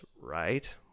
right